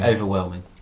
Overwhelming